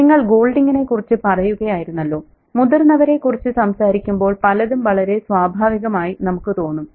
നിങ്ങൾ ഗോൾഡിംഗിനെക്കുറിച്ച് പറയുകയായിരുന്നല്ലോ മുതിർന്നവരെക്കുറിച്ച് സംസാരിക്കുമ്പോൾ പലതും വളരെ സ്വാഭാവികമായി നമുക്ക് തോന്നും